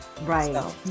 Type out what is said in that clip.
Right